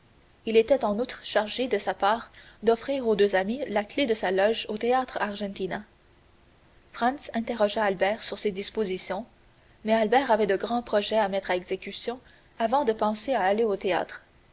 il était en outre chargé de sa part d'offrir aux deux amis la clef de sa loge au théâtre argentina franz interrogea albert sur ses dispositions mais albert avait de grands projets à mettre à exécution avant de penser à aller au théâtre